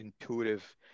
intuitive